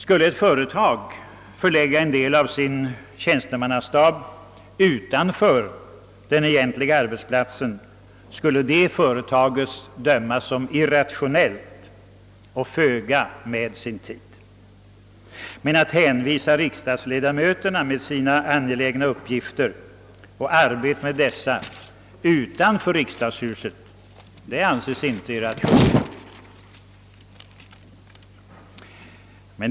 Skulle ett företag förlägga en del av sin tjänstemannastab utanför den egentliga arbetsplatsen, skulle företaget dömas som irrationellt och föga med sin tid, men att hänvisa riksdagsledamöterna med deras angelägna uppgifter att arbeta med dessa utanför riksdagshuset anses inte irrationellt.